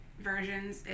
versions